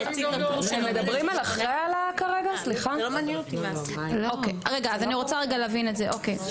רגע אני רוצה להבין את הדבר הזה,